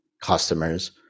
customers